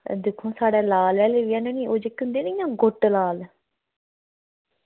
दिक्खो साढ़े लाल आह्ले बी न ओह् जेह्के होंदे नी इ'यां गुट्ट लाल